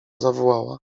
zawołała